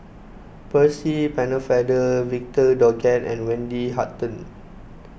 Percy Pennefather Victor Doggett and Wendy Hutton